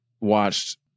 watched